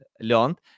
learned